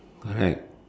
correct